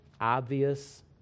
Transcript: obvious